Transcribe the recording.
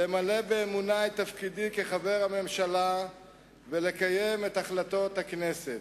למלא באמונה את תפקידי כחבר הממשלה ולקיים את החלטות הכנסת.